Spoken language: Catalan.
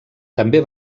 també